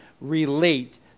relate